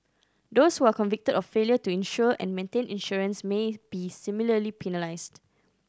those who are convicted of failure to insure and maintain insurance may be similarly penalised